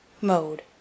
Mode